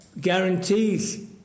guarantees